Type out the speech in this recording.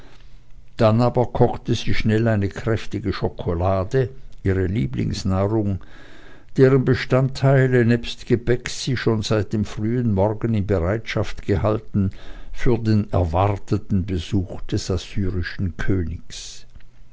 dann aber kochte sie schnell eine kräftige schokolade ihre lieblingsnahrung deren bestandteile nebst gebäck sie schon seit dem frühen morgen in bereitschaft gehalten für den erwarteten besuch des assyrischen königs